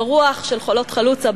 ברוח של חולות חלוצה,